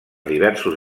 diversos